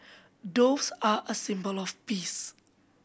doves are a symbol of peace